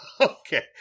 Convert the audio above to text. Okay